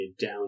down